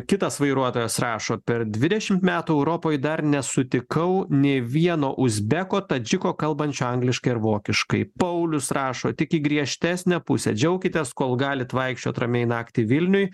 kitas vairuotojas rašo per dvidešimt metų europoj dar nesutikau nė vieno uzbeko tadžiko kalbančio angliškai ar vokiškai paulius rašo tik į griežtesnę pusę džiaukitės kol galit vaikščiot ramiai naktį vilniuj